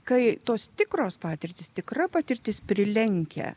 kai tos tikros patirtys tikra patirtis prilenkia